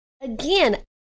Again